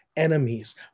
Enemies